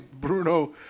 Bruno